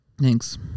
Thanks